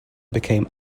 became